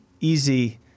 Easy